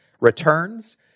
returns